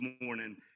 morning